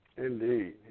Indeed